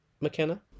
McKenna